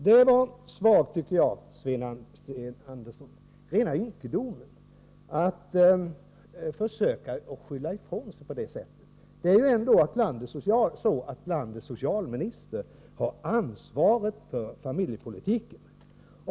Det var svagt — rena ynkedomen — att försöka skylla ifrån sig på det sättet, Sten Andersson. Det är ju ändå så, att det är landets socialminister som har ansvaret för familjepolitiken.